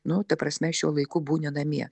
nu ta prasme šiuo laiku būni namie